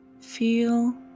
Feel